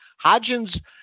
Hodgins